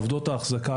עובדות האחזקה,